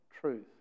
truth